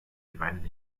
divided